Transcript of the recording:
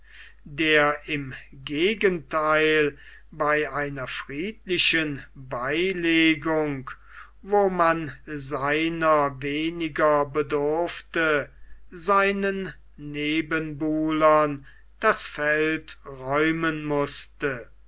der im gegentheil bei einer friedlichen beilegung wo man seiner weniger bedurfte seinen nebenbuhlern das feld räumen mußte